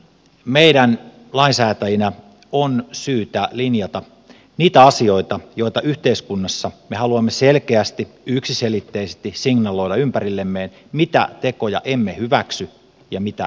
meidän lainsäätäjinä on syytä linjata niitä asioita joita yhteiskunnassa me haluamme selkeästi yksiselitteisesti signaloida ympärillemme mitä tekoja emme hyväksy ja mitä hyväksymme